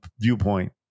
viewpoint